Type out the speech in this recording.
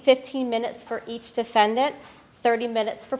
fifteen minutes for each defendant thirty minutes for